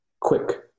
quick